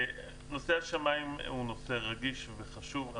נושא השמיים הוא נושא רגיש וחשוב.